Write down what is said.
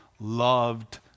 loved